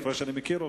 כפי שאני מכיר אותו,